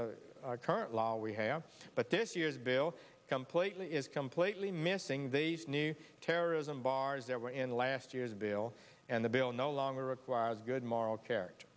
a current law we have but this year's bill completely is completely missing the new terrorism bars there were in last year's bill and the bill no longer requires good moral character